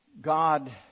God